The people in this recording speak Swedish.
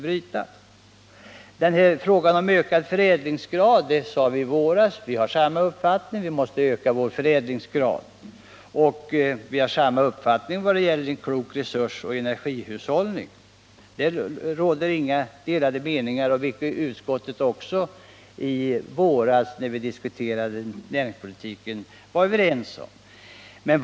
Vi sade i våras att vi måste öka förädlingsgraden, och vi har samma uppfattning nu. Vi har också samma uppfattning vad gäller klok resursoch energihushållning — där råder inga delade meningar. Utskottet var också i våras, när vi diskuterade näringspolitiken, enigt om detta.